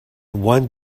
one